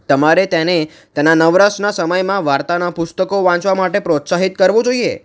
તમારે તેને તેના નવરાશના સમયમાં વાર્તાના પુસ્તકો વાંચવા માટે પ્રોત્સાહિત કરવો જોઇએ